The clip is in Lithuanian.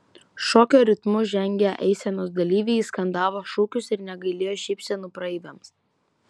šokio ritmu žengę eisenos dalyviai skandavo šūkius ir negailėjo šypsenų praeiviams